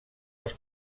els